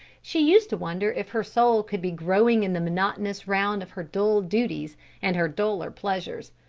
she used to wonder if her soul could be growing in the monotonous round of her dull duties and her duller pleasures.